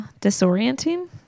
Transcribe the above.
disorienting